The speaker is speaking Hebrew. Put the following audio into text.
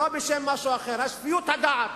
לא בשם משהו אחר, שפיות הדעת: